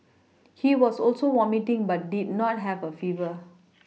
he was also vomiting but did not have a fever